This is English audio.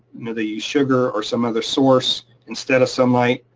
they use sugar or some other source instead of sunlight.